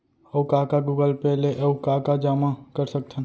अऊ का का गूगल पे ले अऊ का का जामा कर सकथन?